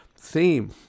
theme